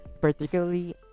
particularly